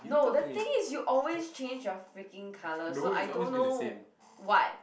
no the thing is you always change your freaking colour so I don't know [what]